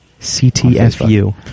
CTFU